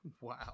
Wow